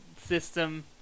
system